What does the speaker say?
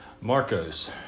Marcos